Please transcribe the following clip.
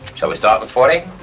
shall we start with forty?